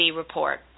report